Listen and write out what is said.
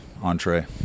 entree